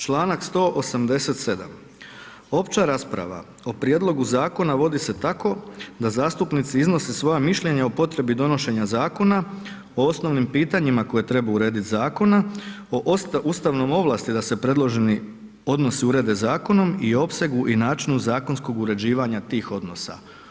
Članak 187.: „Opća rasprava o prijedlogu zakona vodi se tako da zastupnici iznose svoja mišljenja o potrebi donošenja zakona o osnovnim pitanjima koje treba urediti zakona, o ustavnoj ovlasti da se predloženi odnosi urede zakonom i opsegu i načinu zakonskog uređivanja tih odnosa.